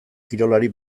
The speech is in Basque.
kirolari